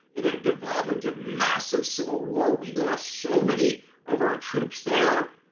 it had devolved into massive civil war. we lost so many of our troops there,